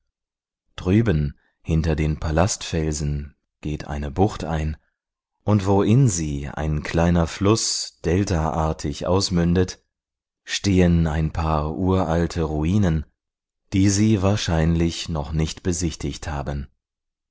drüben hinter den palastfelsen geht eine bucht ein und wo in sie ein kleiner fluß deltaartig ausmündet stehen ein paar uralte ruinen die sie wahrscheinlich noch nicht besichtigt haben